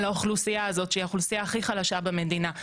האוכלוסייה הזאת שהיא האוכלוסייה הכי חלשה במדינה.